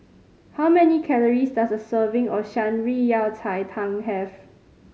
how many calories does a serving of Shan Rui Yao Cai Tang have